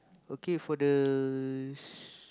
okay for the s~